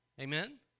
Amen